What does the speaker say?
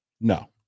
No